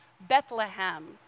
Bethlehem